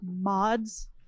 mods